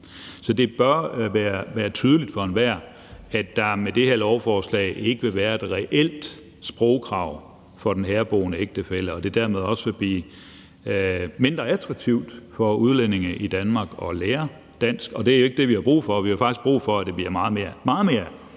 Så det bør være tydeligt for enhver, at der med det her lovforslag ikke vil være et reelt sprogkrav for den herboende ægtefælle, og at det dermed også vil blive mindre attraktivt for udlændinge i Danmark at lære dansk. Og det er jo ikke det, vi har brug for. Vi har faktisk brug for, at det bliver meget mere